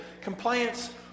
compliance